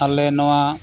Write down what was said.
ᱟᱞᱮ ᱱᱚᱣᱟ